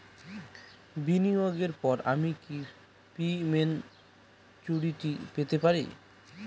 বিনিয়োগের পর আমি কি প্রিম্যচুরিটি পেতে পারি?